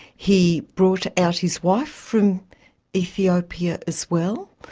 he brought out his wife from ethiopia as well,